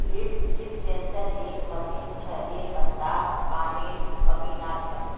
leaf sensor एक machine छ जे पत्तात पानीर कमी नाप छ